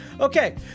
Okay